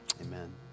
amen